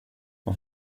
vad